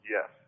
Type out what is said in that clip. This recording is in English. Yes